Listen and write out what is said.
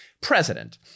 president